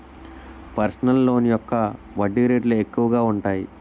personal loan యొక్క వడ్డీ రేట్లు ఎక్కువగా ఉంటాయి